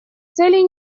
целей